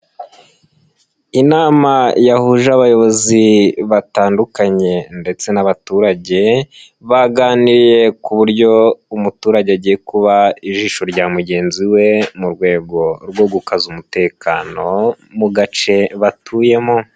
Inama yahuje abayobozi batandukanye ndetse n'abaturage, baganiriye ku buryo umuturage agiye kuba ijisho rya mugenzi we mu rwego rwo gukaza umutekano mu gace batuyemo.